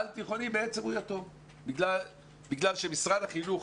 על-תיכוני בעצם הוא יתום בגלל שמשרד החינוך